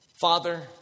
Father